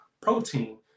protein